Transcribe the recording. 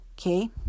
okay